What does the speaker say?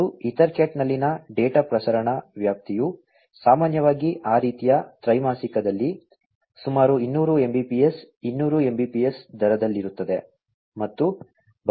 ಮತ್ತು EtherCat ನಲ್ಲಿನ data ಪ್ರಸರಣ ವ್ಯಾಪ್ತಿಯು ಸಾಮಾನ್ಯವಾಗಿ ಆ ರೀತಿಯ ತ್ರೈಮಾಸಿಕದಲ್ಲಿ ಸುಮಾರು 200 Mbps 200 Mbps ದರದಲ್ಲಿರುತ್ತದೆ